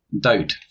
doubt